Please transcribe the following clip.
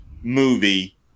movie